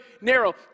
narrow